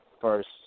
first